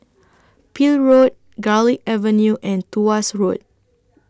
Peel Road Garlick Avenue and Tuas Road